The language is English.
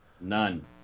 none